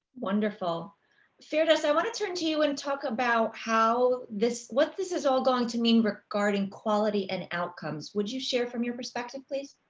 wonderful fairness. i want to turn to you and talk about how this what this is all going to mean regarding quality and outcomes would you share from your perspective, please.